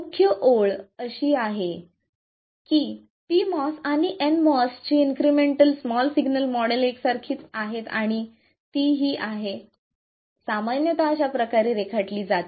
मुख्य ओळ अशी आहे की pMOS आणि nMOS ची इन्क्रिमेंटल स्मॉल सिग्नल मॉडेल एकसारखीच आहेत आणि ती ही आहे आणि सामान्यत अशा प्रकारे रेखाटली जाते